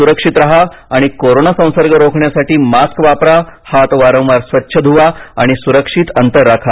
सुक्षित राहा आणि कोरोना संसर्ग रोखण्यासाठी मास्क वापरा हात वारंवार स्वच्छ धुवा आणि सुरक्षित अंतर राखा